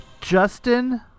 Justin